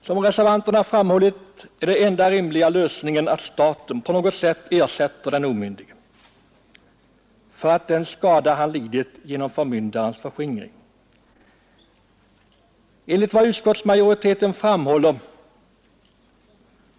Såsom reservanterna framhållit är den enda rimliga lösningen att staten på något sätt ersätter den omyndige för den skada han lidit genom förmyndarens förskingring. Enligt vad utskottsmajoriteten framhåller